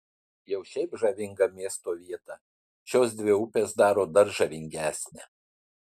jau šiaip žavingą miesto vietą šios dvi upės daro dar žavingesnę